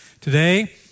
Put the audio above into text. Today